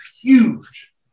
Huge